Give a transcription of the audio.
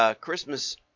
Christmas